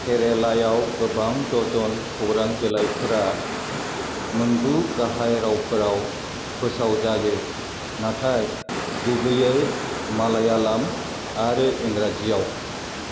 केरेलायाव गोबां दजन खौरां बिलायफोरा मोनगु गाहाय रावफोराव फोसाव जायो नाथाय गुबैयै मालायालाम आरो इंराजियाव